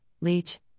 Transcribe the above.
Leech